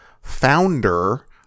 founder